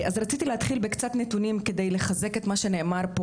אז רציתי להתחיל בקצת נתונים כדי לחזק את מה שנאמר פה.